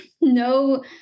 no